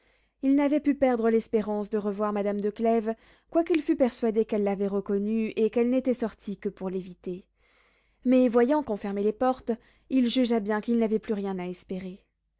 il n'avait pu perdre l'espérance de revoir madame de clèves quoiqu'il fût persuadé qu'elle l'avait reconnu et qu'elle n'était sortie que pour l'éviter mais voyant qu'on fermait les portes il jugea bien qu'il n'avait plus rien à espérer